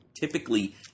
typically